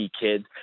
kids